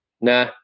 nah